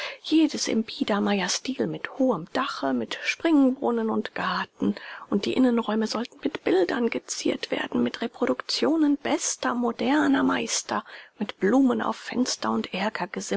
jedes im biedermeierstil mit hohem dache mit springbrunnen und garten und die innenräume sollten mit bildern geziert werden mit reproduktionen bester moderner meister mit blumen auf fenster und